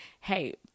Hey